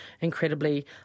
incredibly